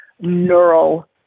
neural